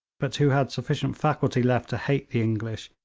but who had sufficient faculty left to hate the english,